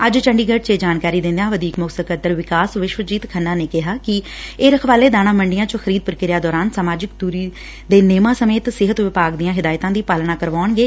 ਅੱਜ ਚੰਡੀਗੜ ਚ ਇਹ ਜਾਣਕਾਰੀ ਦਿੰਦਿਆਂ ਵਧੀਕ ਮੁੱਖ ਸਕੱਤਰ ਵਿਕਾਸ ਵਿਸ਼ਵਜੀਤ ਖੰਨਾ ਨੇ ਕਿਹਾ ਕਿ ਇਹ ਰਖਵਾਲੇ ਦਾਣਾ ਮੰਡੀਆ ਚ ਖਰੀਦ ਪੁਕਿਰਿਆ ਦੌਰਾਨ ਸਮਾਜਿਕ ਦੁਨੀ ਨੇਮਾ ਸਮੇਤ ਸਿਹਤ ਵਿਭਾਗ ਦੀਆ ਹਿਦਾਇਤਾ ਦੀ ਪਾਲਣਾ ਕਰਵਾਉਣਗੇ